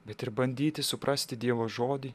bet ir bandyti suprasti dievo žodį